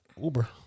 Uber